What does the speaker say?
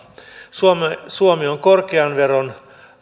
suomi on korkean veron